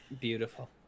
beautiful